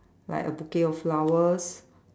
like a bouquet of flowers